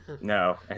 No